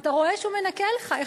אתה רואה שהוא מנכה לך.